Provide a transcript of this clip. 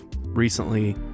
recently